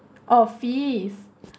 oh fees